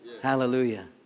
Hallelujah